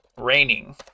raining